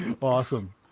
awesome